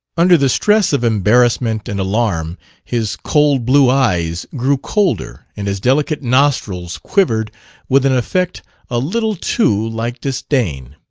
under the stress of embarrassment and alarm his cold blue eyes grew colder and his delicate nostrils quivered with an effect a little too like disdain.